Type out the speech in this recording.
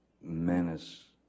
menace